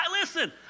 Listen